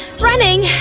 running